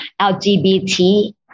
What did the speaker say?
lgbt